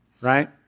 right